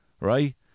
right